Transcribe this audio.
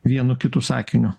vienu kitu sakiniu